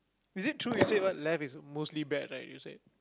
is it true you said what left is mostly bad right you said